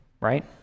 right